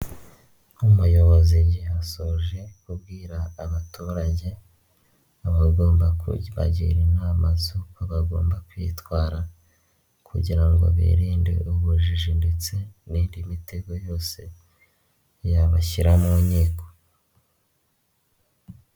Umuyobozi igihe asoje kubwira abaturage, aba agomba kubagira inama z'uko bagomba kwitwara kugira ngo birinde ubujiji ndetse n'indi mitego yose yabashyira mu nkiko.